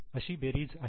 अशी बेरीज आहे